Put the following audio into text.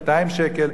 200 שקל.